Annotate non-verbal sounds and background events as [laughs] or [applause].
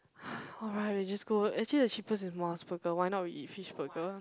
[laughs] alright we just go actually the cheapest is Mos Burger why not we eat fish burger